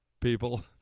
people